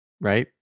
right